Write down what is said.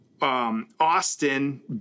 Austin